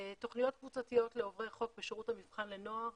תוכניות קבוצתיות לעוברי חוק בשירות המבחן לנוער.